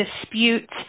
dispute